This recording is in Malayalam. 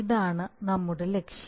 ഇതാണ് നമ്മളുടെ ലക്ഷ്യം